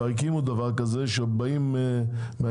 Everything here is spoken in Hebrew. כבר הקימו דבר כזה שבאות מהאזור,